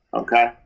Okay